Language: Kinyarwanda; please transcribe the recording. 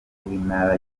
w’intara